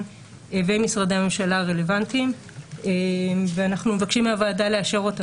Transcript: ועם משרדי הממשלה הרלוונטיים ואנחנו מבקשים מהוועדה לאשר אותן.